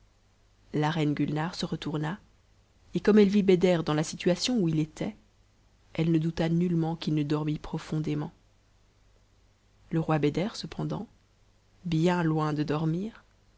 la reine gulnare se retourna et comme eite vit beder dans la situation où il était elle ne douta nullement qu'il ne dormît protbndément le roi beder cependant bien loin de dormir